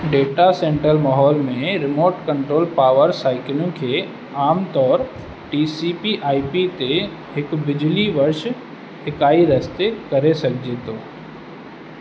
data center माहौल में remote control power cycling खे आमतौरु T C P I P ते हिकु बिजली वर्ष इकाई रस्ते करे सघिजे थो